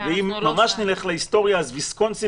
ואם ממש נלך להיסטוריה אז תוכנית ויסקונסין